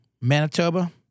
Manitoba